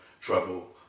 trouble